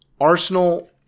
Arsenal